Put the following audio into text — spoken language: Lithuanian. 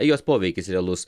jos poveikis realus